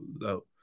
low